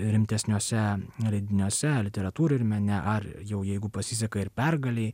rimtesniuose leidiniuose literatūroj ir mene ar jau jeigu pasiseka ir pergalėj